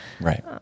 Right